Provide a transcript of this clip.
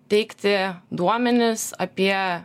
teikti duomenis apie